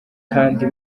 kandi